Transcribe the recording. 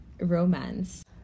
romance